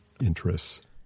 interests